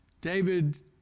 David